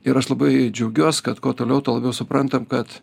ir aš labai džiaugiuos kad kuo toliau tuo labiau suprantam kad